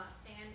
stand